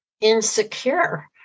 insecure